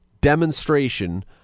demonstration